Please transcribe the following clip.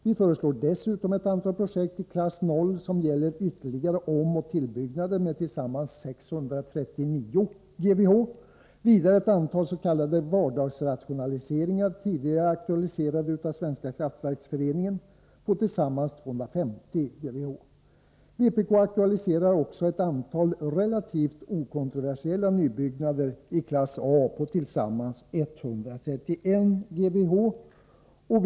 Vi föreslår dessutom ett antal projekt i klass 0 som gäller ytterligare omoch tillbyggnader med tillsammans 639 GWh. Vidare ett antal s.k. vardagsrationaliseringar, tidigare aktualiserade av Svenska kraftverksföreningen, på tillsammans 250 GWh. Vpk aktualiserar också ett antal relativt okontroversiella nybyggnader i klass A på tillsammans 131 GWh.